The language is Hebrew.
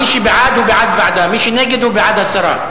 מי שבעד, הוא בעד ועדה, מי שנגד, הוא בעד הסרה.